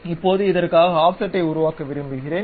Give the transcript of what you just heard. இப்போது இதற்காக ஆஃப்செட்டை உருவாக்க விரும்புகிறேன்